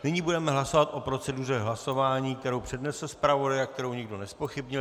Nyní budeme hlasovat o proceduře hlasování, kterou přednesl zpravodaj a kterou nikdo nezpochybnil.